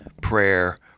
prayer